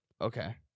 Okay